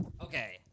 Okay